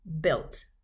built